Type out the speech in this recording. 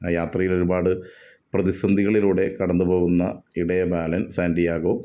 ആ യാത്രയിൽ ഒരുപാട് പ്രതിസന്ധികളിലൂടെ കടന്ന് പോകുന്ന ഇടയ ബാലന് സാൻറ്റിയാഗൊ